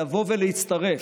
לבוא ולהצטרף.